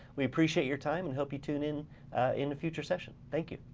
we appreciate your time and hope you tune in, in the future session. thank you.